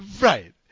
Right